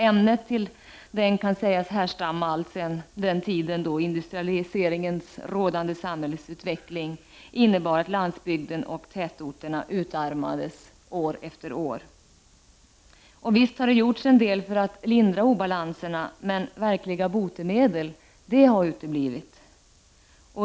Ämnet till den kan sägas härstamma från den alltsedan industrialiseringen rådande samhällsutvecklingen, som har inneburit att landsbygden och dess tätorter utarmats år efter år. Visst har det gjorts en del för att lindra obalanserna, men verkliga botemedel har uteblivit.